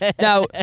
Now